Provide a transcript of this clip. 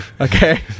okay